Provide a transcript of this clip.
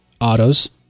autos